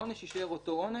אמרנו שיישאר אותו עונש,